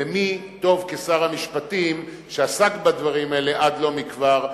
ומי טוב כשר המשפטים שעסק בדברים האלה עד לא מכבר,